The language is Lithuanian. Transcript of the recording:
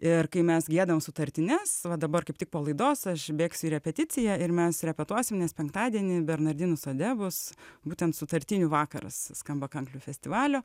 ir kai mes giedam sutartines va dabar kaip tik po laidos aš bėgsiu į repeticiją ir mes repetuosim nes penktadienį bernardinų sode bus būtent sutartinių vakaras skamba kanklių festivalio